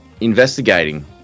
investigating